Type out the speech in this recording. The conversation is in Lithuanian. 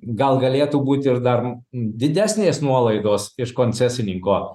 gal galėtų būti ir dar didesnės nuolaidos iš koncesininko